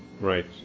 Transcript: Right